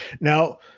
Now